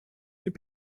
heb